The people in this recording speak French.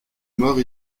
mort